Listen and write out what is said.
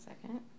second